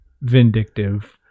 vindictive